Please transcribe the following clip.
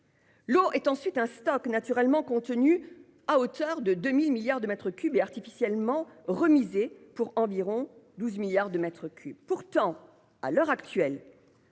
L'eau est ensuite un stock, naturellement contenu à hauteur de 2 000 milliards de mètres cubes et artificiellement retenu pour environ 12 milliards de mètres cubes. Pourtant, à l'heure actuelle,